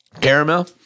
Caramel